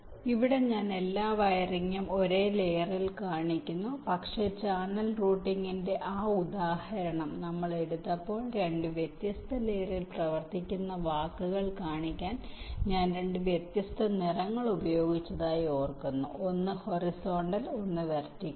അതിനാൽ ഇവിടെ ഞാൻ എല്ലാ വയറിങ്ങും ഒരേ ലയറിൽ കാണിക്കുന്നു പക്ഷേ ചാനൽ റൂട്ടിംഗിന്റെ ആ ഉദാഹരണം നമ്മൾ എടുത്തപ്പോൾ 2 വ്യത്യസ്ത ലയേറിൽ പ്രവർത്തിക്കുന്ന വാക്കുകൾ കാണിക്കാൻ ഞാൻ 2 വ്യത്യസ്ത നിറങ്ങൾ ഉപയോഗിച്ചതായി ഓർക്കുന്നു ഒന്ന് ഹൊറിസോണ്ടൽ ഒന്ന് വെർട്ടിക്കൽ